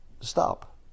stop